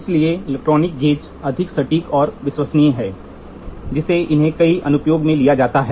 इसलिए electronic gauge अधिक सटीक और विश्वसनीय हैं जिसे इन्हें कई अनुप्रयोगों में लिया जाता है